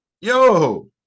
yo